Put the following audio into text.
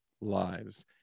lives